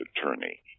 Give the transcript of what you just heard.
attorney